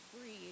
breathe